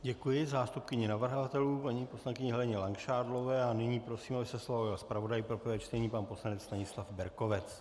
Děkuji zástupkyni navrhovatelů, paní poslankyni Heleně Langšádlové, a nyní prosím, aby se slova ujal zpravodaj pro prvé čtení pan poslanec Stanislav Berkovec.